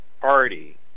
party